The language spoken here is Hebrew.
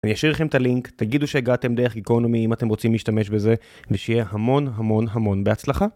אני אשאיר לכם את הלינק, תגידו שהגעתם דרך איקונומי אם אתם רוצים להשתמש בזה ושיהיה המון המון המון בהצלחה